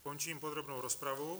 Končím podrobnou rozpravu.